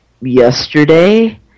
yesterday